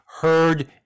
heard